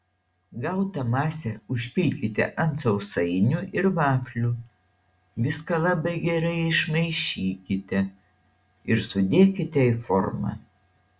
gautą masę užpilkite ant sausainių ir vaflių viską labai gerai išmaišykite ir sudėkite į formą